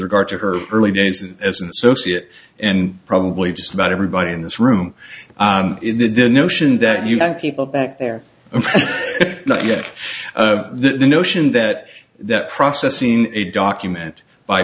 regard to her early days as an associate and probably just about everybody in this room the notion that you have people back there and yet the notion that that process seen a document by